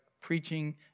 preaching